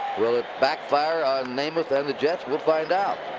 will it backfire on namath and the jets? we'll find out.